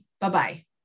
bye-bye